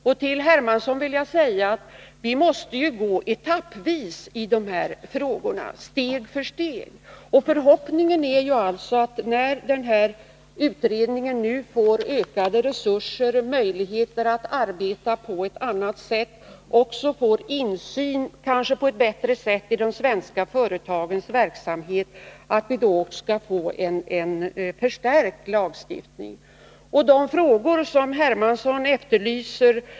Till herr Hermansson vill jag säga att vi måste gå fram steg för steg i dessa frågor. Förhoppningen är att utredningen, när den nu får ökade resurser och möjligheter att arbeta på ett annat sätt, kanske också får bättre insyn i de svenska företagens verksamhet och kan leda till att vi får en förstärkning av lagstiftningen.